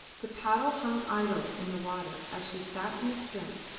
the paddle hung idle in the water as she sat in the stern,